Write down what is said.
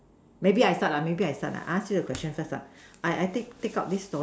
maybe I start lah maybe I start lah I ask you a question first lah I I take take out this story